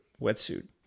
wetsuit